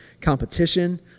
competition